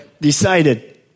decided